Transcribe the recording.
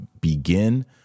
begin